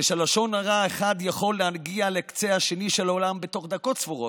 כשלשון הרע אחד יכול להגיע לקצה השני של העולם בתוך דקות ספורות,